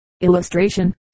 Illustration